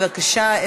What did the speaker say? בבקשה,